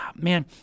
man